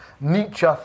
Nietzsche